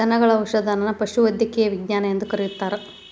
ದನಗಳ ಔಷಧದನ್ನಾ ಪಶುವೈದ್ಯಕೇಯ ವಿಜ್ಞಾನ ಎಂದು ಕರೆಯುತ್ತಾರೆ